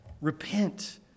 repent